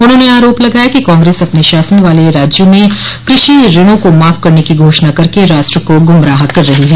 उन्होंने आरोप लगाया कि कांग्रेस अपने शासन वाले राज्यों में कृषि ऋणों को माफ करने की घोषणा करके राष्ट्र को गुमराह कर रही है